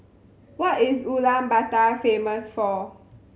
what is Ulaanbaatar famous for